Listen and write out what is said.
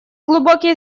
глубокие